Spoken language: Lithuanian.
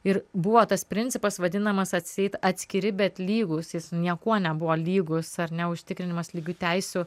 ir buvo tas principas vadinamas atseit atskiri bet lygūs jis niekuo nebuvo lygūs ar ne užtikrinimas lygių teisių